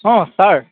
অঁ ছাৰ